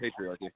patriarchy